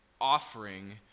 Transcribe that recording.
offering